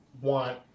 want